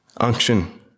unction